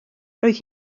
roedd